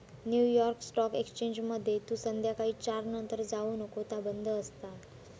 new York stock एक्सचेंजमध्ये तू संध्याकाळी चार नंतर जाऊ नको ता बंद असता